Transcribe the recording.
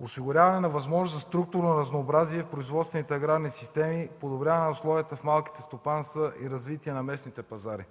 осигуряване на възможност за структурно разнообразие в производствените аграрни системи и подобряване условията в малките стопанства и развитие на местните пазари.